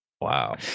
Wow